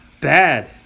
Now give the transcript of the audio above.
bad